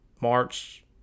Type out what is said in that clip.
March